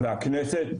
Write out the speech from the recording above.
והכנסת,